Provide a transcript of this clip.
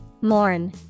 Mourn